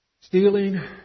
Stealing